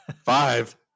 five